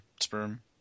sperm